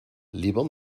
lieber